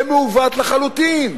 זה מעוות לחלוטין.